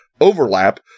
overlap